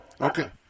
Okay